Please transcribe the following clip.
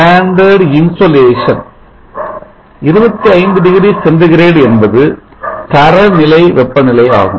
25 degree centigrade என்பது தரநிலை வெப்பநிலை ஆகும்